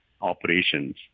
operations